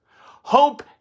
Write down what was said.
Hope